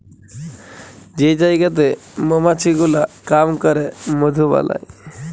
যে জায়গাতে মমাছি গুলা কাম ক্যরে মধু বালাই